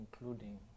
including